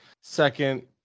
second